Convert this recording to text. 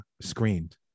screened